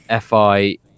fi